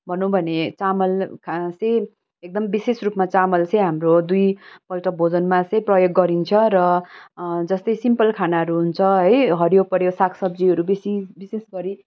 भनौँ भने चामल खासै एकदम विशेष रूपमा चामल चाहिँ हाम्रो दुईपल्ट भोजनमा चाहिँ प्रयोग गरिन्छ र जस्तै सिम्पल खानाहरू हुन्छ है हरियो परियो साग सब्जीहरू हुन्छ है बेसी विशेष गरी